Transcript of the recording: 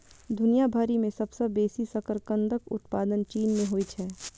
दुनिया भरि मे सबसं बेसी शकरकंदक उत्पादन चीन मे होइ छै